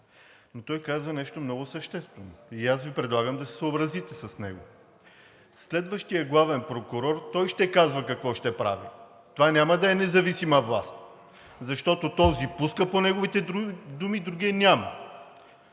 Но той каза нещо много съществено и аз Ви предлагам да се съобразите с него. Следващият главен прокурор – той ще казва какво ще прави, това няма да е независима власт, защото този пуска – по неговите думи, другият няма.